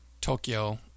Tokyo